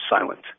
silent